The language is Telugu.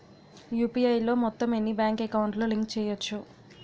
యు.పి.ఐ లో మొత్తం ఎన్ని బ్యాంక్ అకౌంట్ లు లింక్ చేయచ్చు?